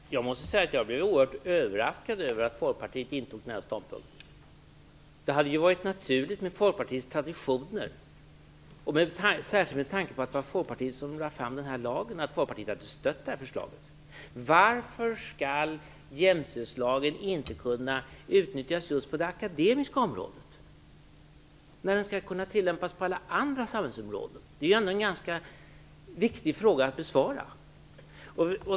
Fru talman! Jag måste säga att jag blev oerhört överraskad över att Folkpartiet intog den här ståndpunkten. Det hade varit naturligt, med tanke på Folkpartiets traditioner och särskilt med tanke på att det var Folkpartiet som lade fram den här lagen, att Folkpartiet hade stött det här förslaget. Varför skall jämställdhetslagen inte kunna utnyttjas just på det akademiska området, när den skall kunna tillämpas på alla andra samhällsområden? Det är ändå en ganska viktig fråga att besvara.